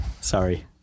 Sorry